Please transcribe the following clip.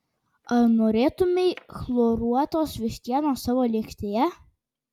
ar norėtumei chloruotos vištienos savo lėkštėje